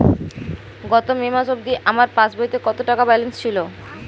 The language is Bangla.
গত মে মাস অবধি আমার পাসবইতে কত টাকা ব্যালেন্স ছিল?